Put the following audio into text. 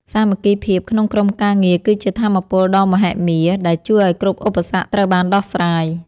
សាមគ្គីភាពក្នុងក្រុមការងារគឺជាថាមពលដ៏មហិមាដែលជួយឱ្យគ្រប់ឧបសគ្គត្រូវបានដោះស្រាយ។